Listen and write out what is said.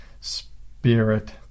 spirit